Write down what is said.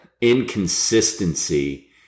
inconsistency